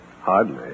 Hardly